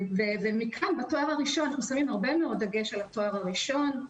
מכאן אנחנו שמים הרבה דגש על התואר הראשון,